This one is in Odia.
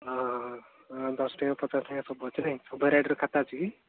ଅ ହ ଦଶ ଟଙ୍କିଆ ପଚାଶ ଟଙ୍କିଆ ସବୁ ଅଛି ନାଇଁ ସବୁ ଭେରାଇଟିର ଖାତା ଅଛି କି